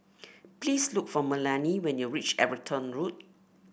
please look for Melany when you reach Everton Road